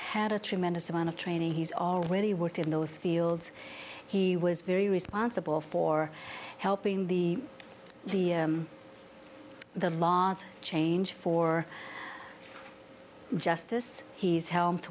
had a tremendous amount of training he's already worked in those fields he was very responsible for helping the the the last change for justice he's helped